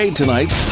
tonight